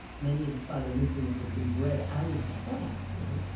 many of the phytonutrients have been bred out of the plants, right?